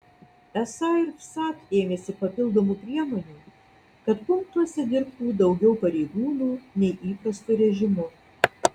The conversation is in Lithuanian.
esą ir vsat ėmėsi papildomų priemonių kad punktuose dirbtų daugiau pareigūnų nei įprastu režimu